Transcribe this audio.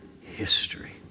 History